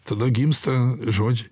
tada gimsta žodžia